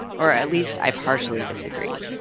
or at least i partially disagree.